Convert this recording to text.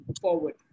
forward